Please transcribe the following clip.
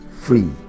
free